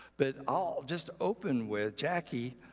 but i'll just open with jackie.